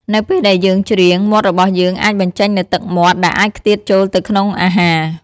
នៅពេលដែលយើងច្រៀង មាត់របស់យើងអាចបញ្ចេញនូវទឹកមាត់ ដែលអាចខ្ទាតចូលទៅក្នុងអាហារ។